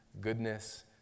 goodness